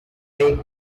ache